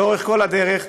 לאורך כל הדרך.